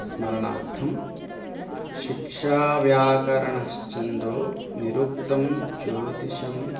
स्मरणार्थं शिक्षाव्याकरणश्छन्दो निरुक्तं ज्योतिषम्